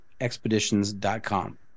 expeditions.com